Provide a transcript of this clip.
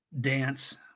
dance